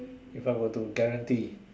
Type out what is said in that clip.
if I were to guarantee